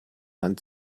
hand